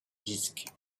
disque